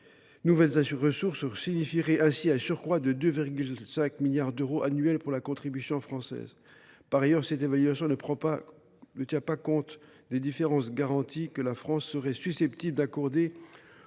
nouvelles ressources signifierait ainsi un surcroît de 2,5 milliards d’euros annuels pour la contribution française au budget de l’Union. Par ailleurs, cette évaluation ne tient pas compte des différentes garanties que la France serait susceptible d’accorder au